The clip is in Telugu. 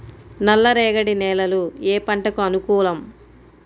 నల్ల రేగడి నేలలు ఏ పంటకు అనుకూలం?